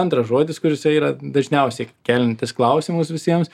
antras žodis kur jisai yra dažniausiai keliantis klausimus visiems